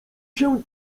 się